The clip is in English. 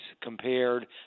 compared